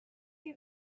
you